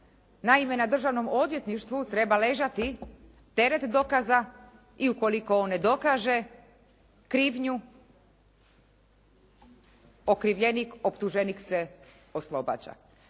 Naime na Državnom odvjetništvu treba ležati teret dokaza i ukoliko on ne dokaže krivnju okrivljenik, optuženik se oslobađa.